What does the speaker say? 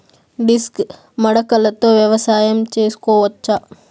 Disc మడకలతో వ్యవసాయం చేసుకోవచ్చా??